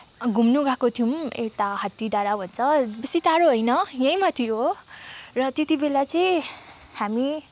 घुम्न गएका थियौँ यता हात्तीडाँडा भन्छ बेसी टाढो होइन यहीँ माथि हो र त्यति बेला चाहिँ हामी